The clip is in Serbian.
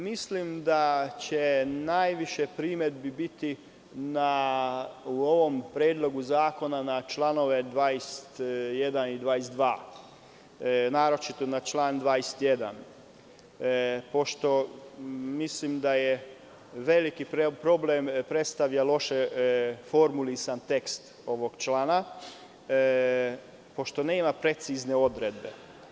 Mislim da će najviše primedbi biti u ovom predlogu zakona na čl. 21. i 22, naročito na član 21, pošto mislim da je veliki problem loše formulisan tekst ovog člana, pošto nema precizne odredbe.